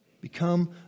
Become